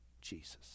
Jesus